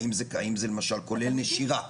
האם זה למשל כולל נשירה?